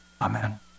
Amen